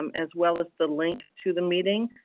um as well as the link to the meeting.